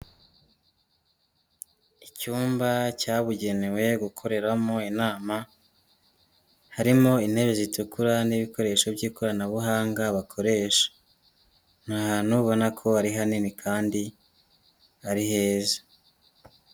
Icyumba cyabugenewe gukoreramo inama, harimo intebe zitukura n'ibikoresho by'ikoranabuhanga bakoresha, ni hantu ubona ko ari hanini kandi ari heza.